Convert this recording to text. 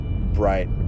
bright